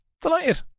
Delighted